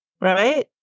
right